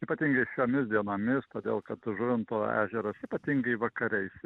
ypatingai šiomis dienomis todėl kad žuvinto ežeras ypatingai vakarais